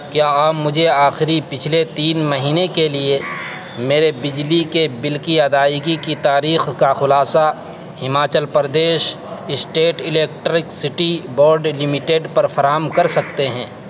کیا آپ مجھے آخری پچھلے تین مہینے کے لیے میرے بجلی کے بل کی ادائیگی کی تاریخ کا خلاصہ Himachal Pradesh state electricity board limited پر فراہم کر سکتے ہیں